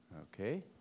Okay